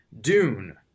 Dune